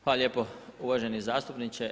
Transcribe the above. Hvala lijepo uvaženi zastupniče.